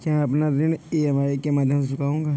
क्या मैं अपना ऋण ई.एम.आई के माध्यम से चुकाऊंगा?